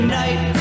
night